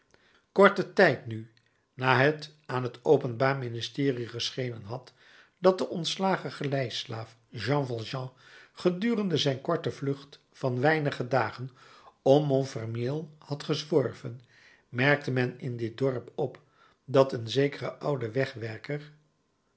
korten tijd nu na het aan t openbaar ministerie geschenen had dat de ontslagen galeislaaf jean valjean gedurende zijn korte vlucht van weinige dagen om montfermeil had gezworven merkte men in dit dorp op dat een zekere oude wegwerker